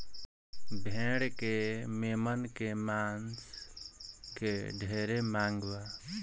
भेड़ के मेमना के मांस के ढेरे मांग बा